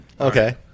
Okay